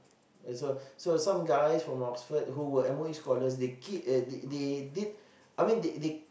so some guys from Oxford who were M_O_E scholars they get uh they they did I mean they they